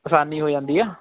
ਅਸਾਨੀ ਹੋ ਜਾਂਦੀ ਆ